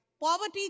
Poverty